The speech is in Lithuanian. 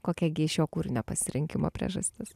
kokia gi šio kūrinio pasirinkimo priežastis